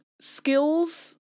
skills